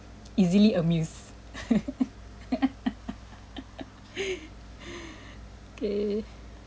easily amused okay